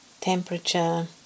temperature